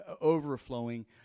overflowing